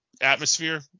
atmosphere